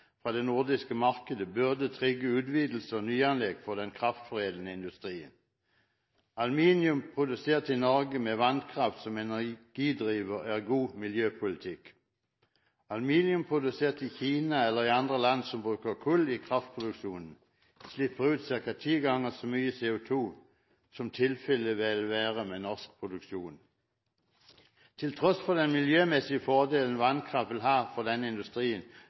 fra det nordiske markedet – burde trigge utvidelser og nyanlegg for den kraftforedlende industrien. Aluminium produsert i Norge med vannkraft som energidriver er god miljøpolitikk. Aluminium produsert i Kina eller i andre land som bruker kull i kraftproduksjonen, slipper ut ca. ti ganger så mye CO2 som tilfellet ville være med norsk produksjon. Til tross for den miljømessige fordelen vannkraft vil ha for denne industrien,